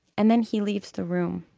and then he leaves the room